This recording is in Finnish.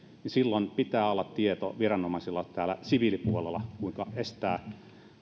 niin silloin pitää olla tieto viranomaisilla täällä siviilipuolella kuinka estää